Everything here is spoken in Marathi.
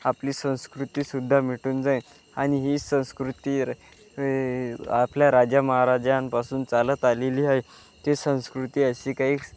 आपली संस्कृती सुद्धा मिटून जाईल आणि ही संस्कृती ही आपल्या राजा महाराजांपासून चालत आलेली आहे ती संस्कृती अशी काही